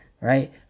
right